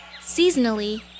seasonally